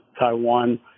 Taiwan